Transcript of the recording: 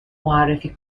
معرفی